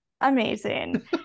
Amazing